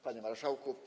Panie Marszałku!